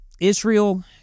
Israel